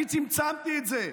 אני צמצמתי את זה.